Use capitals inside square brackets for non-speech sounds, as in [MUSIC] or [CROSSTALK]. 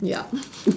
ya [LAUGHS]